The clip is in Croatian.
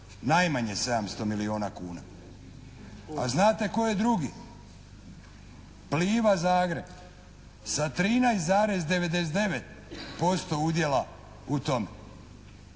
najmanje 700 milijona kuna. A znate tko je drugi? "Pliva" Zagreb sa 13,99% udjela u tome.